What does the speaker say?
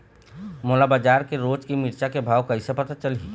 मोला बजार के रोज के मिरचा के भाव कइसे पता चलही?